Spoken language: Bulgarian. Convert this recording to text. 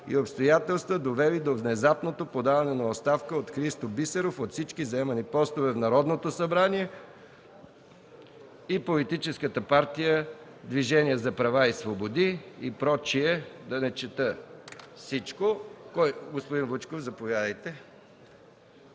и обстоятелства, довели до внезапното подаване на оставка от Христо Бисеров от всички заемани постове в Народното събрание и Политическата партия Движение за права и свободи и прочие, да не чета всичко. ЦЕЦКА ЦАЧЕВА: Защо да не